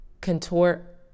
contort